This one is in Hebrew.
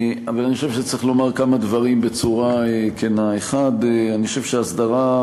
אבל אני חושב שצריך לומר כמה דברים בצורה כנה: 1. אני חושב שהסדרה,